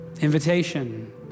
invitation